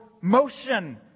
motion